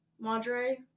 Madre